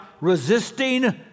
resisting